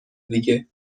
دیگه